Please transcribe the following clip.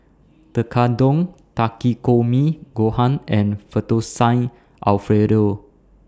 Tekkadon Takikomi Gohan and Fettuccine Alfredo